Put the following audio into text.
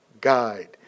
guide